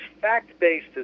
fact-based